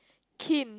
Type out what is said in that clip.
Kim